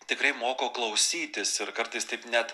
tikrai moko klausytis ir kartais taip net